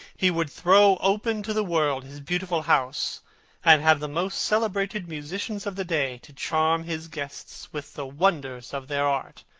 he would throw open to the world his beautiful house and have the most celebrated musicians of the day to charm his guests with the wonders of their art.